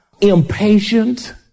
impatient